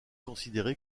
considéré